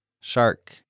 Shark